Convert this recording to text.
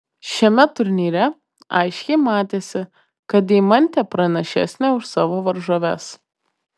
šiame turnyre aiškiai matėsi kad deimantė pranašesnė už savo varžoves